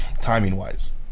Timing-wise